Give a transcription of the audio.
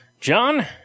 John